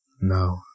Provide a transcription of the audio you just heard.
No